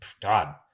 God